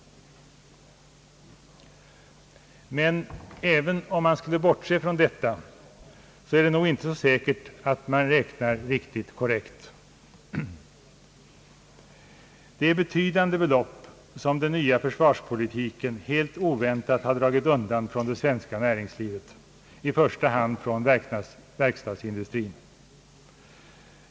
Men även om man skulle bortse från detta, är det nog inte säkert att man räknar helt korrekt. Det är betydande belopp som den nya försvarspolitiken helt oväntat dragit undan från det svenska näringslivet, i första hand verkstadsindustrin.